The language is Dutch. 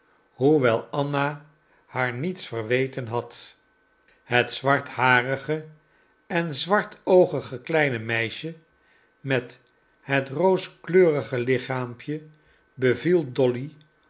hoewel anna haar niets verweten had het zwartharige en zwartoogige kleine meisje met het rooskleurige lichaampje beviel dolly